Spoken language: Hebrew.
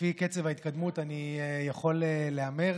לפי קצב ההתקדמות אני יכול להמר